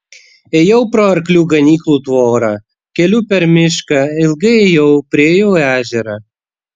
ėjau pro arklių ganyklų tvorą keliu per mišką ilgai ėjau priėjau ežerą